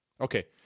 Okay